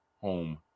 home